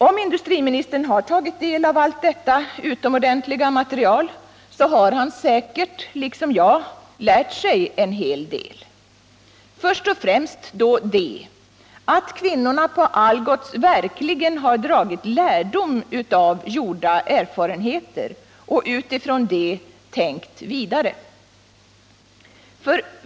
Om industriministern har tagit del av allt detta utomordentliga material har han säkert, liksom jag, lärt sig en hel del och då först och främst att kvinnorna på Algots verkligen dragit lärdom av gjorda erfarenheter och utifrån det tänkt vidare.